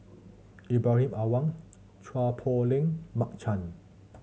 Ibrahim Awang Chua Poh Leng Mark Chan